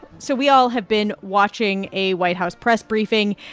so we all have been watching a white house press briefing,